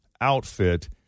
outfit